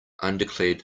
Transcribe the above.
undeclared